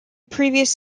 previous